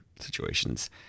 situations